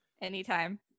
Anytime